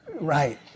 right